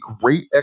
great